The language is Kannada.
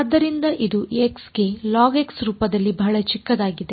ಆದ್ದರಿಂದ ಇದು x ಗೆ log ರೂಪದಲ್ಲಿ ಬಹಳ ಚಿಕ್ಕದಾಗಿದೆ